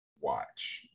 watch